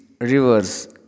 rivers